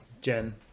Jen